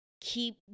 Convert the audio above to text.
keep